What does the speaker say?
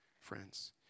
friends